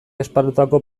esparrutako